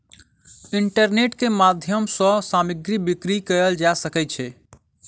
internet के माध्यम सॅ सामग्री बिक्री कयल जा सकै छै